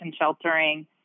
sheltering